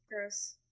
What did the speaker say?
Gross